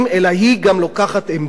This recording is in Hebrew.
אלא היא גם לוקחת עמדה,